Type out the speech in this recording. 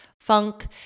funk